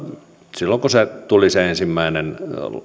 silloin kun se ensimmäinen